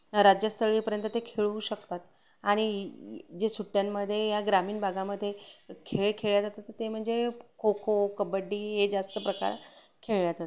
राज्यस्तरीय पर्यंत ते खेळू शकतात आणि जे सुट्ट्यांमध्ये या ग्रामीण भागामध्ये खेळ खेळल्या जातात ते म्हणजे खो खो कबड्डी हे जास्त प्रकार खेळल्या जातात